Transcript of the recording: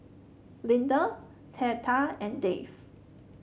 Linda Theta and Dave